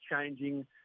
changing